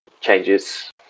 changes